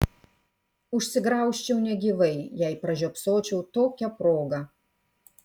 užsigraužčiau negyvai jei pražiopsočiau tokią progą